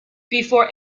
before